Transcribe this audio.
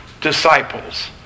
disciples